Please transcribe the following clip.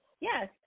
Yes